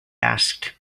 asked